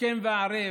השכם והערב